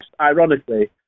ironically